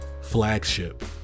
flagship